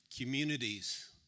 Communities